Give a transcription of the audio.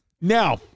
Now